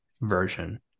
version